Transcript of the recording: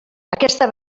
aquesta